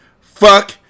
Fuck